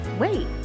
Wait